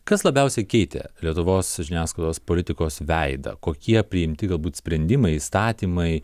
kas labiausiai keitė lietuvos žiniasklaidos politikos veidą kokie priimti galbūt sprendimai įstatymai